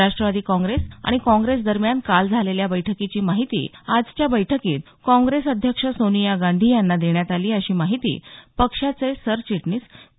Rashtrawadi Congress आणि Congress दरम्यान काल झालेल्या बैठकीची माहिती आजच्या बैठकीत काँग्रेस अध्यक्ष सोनिया गांधी यांना देण्यात आली अशी माहिती पक्षाचे सरचिटणीस के